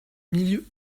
milieu